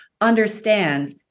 understands